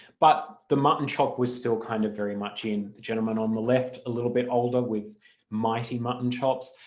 but the mutton chop was still kind of very much in. the gentlemen on the left a little bit older with mighty mutton chops.